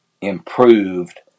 improved